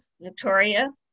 Victoria